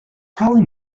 probably